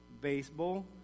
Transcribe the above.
baseball